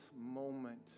moment